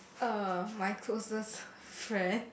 uh my closest friend